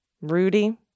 Rudy